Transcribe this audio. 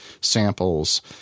samples